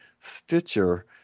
Stitcher